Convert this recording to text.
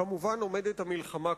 כמובן עומדת המלחמה כולה.